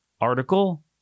article